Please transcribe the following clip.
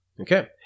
Okay